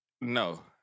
No